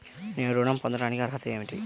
నేను ఋణం పొందటానికి అర్హత ఏమిటి?